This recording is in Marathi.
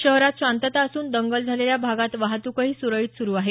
शहरात शांतता असून दंगल झालेल्या भागात वाहतूकही सुरळीत सुरु आहे